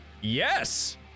Yes